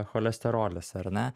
cholesterolis ar ne